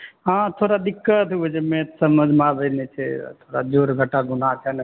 हँ थोड़ा दिक्कत होइ छै मैथमे समझमे आबै नहि छै थोड़ा जोड़ घटाव गुणा छै ने